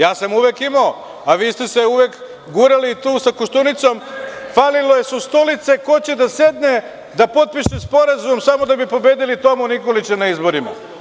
Ja sam uvek imao, a vi ste se uvek gurali tu sa Koštunicom, falile su stolice ko će da sedne da potpiše sporazum samo da bi pobedili Tomu Nikolića na izborima.